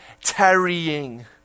tarrying